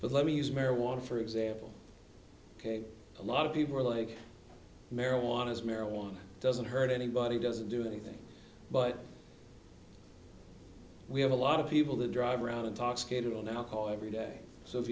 but let me use marijuana for example ok a lot of people are like marijuana as marijuana doesn't hurt anybody doesn't do anything but we have a lot of people that drive around intoxicated on our call every day so if